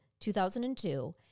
2002